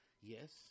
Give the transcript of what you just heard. Yes